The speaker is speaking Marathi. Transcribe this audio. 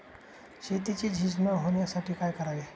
शेतीची झीज न होण्यासाठी काय करावे?